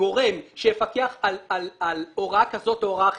גורם שיפקח על הוראה כזו או על הוראה אחרת,